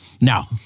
now